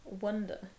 wonder